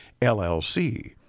LLC